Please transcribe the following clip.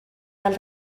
del